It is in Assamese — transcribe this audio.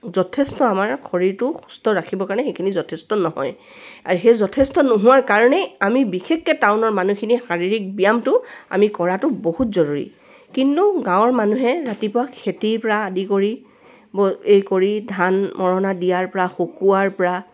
যথেষ্ট আমাৰ শৰীৰটো সুস্থ ৰাখিবৰ কাৰণে সেইখিনি যথেষ্ট নহয় আৰু সেই যথেষ্ট নোহোৱাৰ কাৰণেই আমি বিশেষকে টাউনৰ মানুহখিনিয়ে শাৰীৰিক ব্যায়ামটো আমি কৰাটো বহুত জৰুৰী কিন্তু গাঁৱৰ মানুহে ৰাতিপুৱা খেতিৰপৰা আৰম্ভ কৰি এই কৰি ধান মৰণা দিয়াৰপৰা শুকোৱাৰপৰা